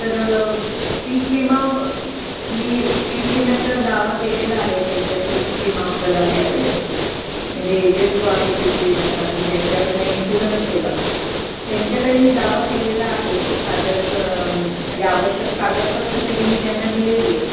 तर पीक विमा मी पीक विम्याचा दावा केलेला आहे त्यांच्या प्री विमा प्रदायाकडे म्हणजे एजंट जो आहे पीक विम्याचा मी ज्यांच्याकडनं इन्श्युरन्स केला होता त्यांच्याकडे मी दावा केलेला आहे सादरक म्हणजे आवश्यक कागदपत्र सगळी मी त्यांना दिलेली आहेत